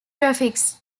graphics